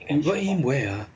invite him where ah